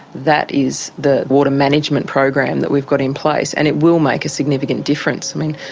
that is the water management program that we've got in place and it will make a significant difference. i mean,